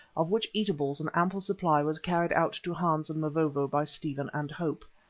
of which eatables an ample supply was carried out to hans and mavovo by stephen and hope.